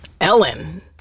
Ellen